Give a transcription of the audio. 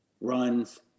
runs